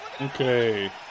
Okay